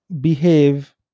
behave